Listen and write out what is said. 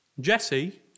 Jesse